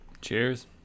Cheers